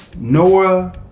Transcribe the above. Noah